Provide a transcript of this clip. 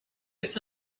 it’s